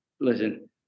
listen